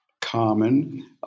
common